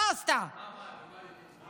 במה היא יותר טובה?